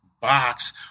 box